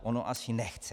Ono asi nechce.